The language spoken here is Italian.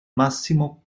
massimo